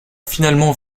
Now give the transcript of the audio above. finalement